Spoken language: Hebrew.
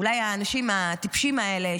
אולי האנשים הטיפשים האלה,